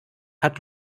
hat